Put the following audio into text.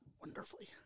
wonderfully